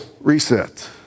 reset